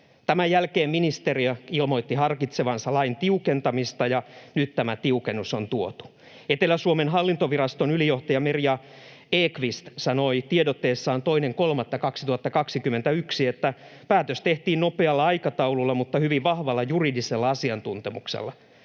Tämän jälkeen ministeriö ilmoitti harkitsevansa lain tiukentamista, ja nyt tämä tiukennus on tuotu. Etelä-Suomen aluehallintoviraston ylijohtaja Merja Ekqvist sanoi tiedotteessaan 2.3.2021: ”Päätös tehtiin nopealla aikataululla mutta hyvin vahvalla juridisella asiantuntemuksellamme.